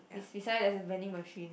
bes~ beside there's a vending machine